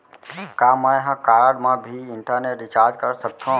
का मैं ह कारड मा भी इंटरनेट रिचार्ज कर सकथो